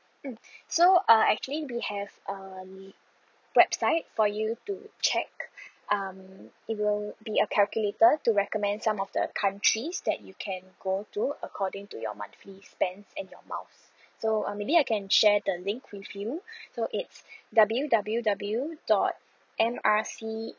mm so uh actually we have um website for you to check um it will be a calculator to recommend some of the countries that you can go to according to your monthly spends and your miles so uh maybe I can share the link with you so it's W_W_W dot M R C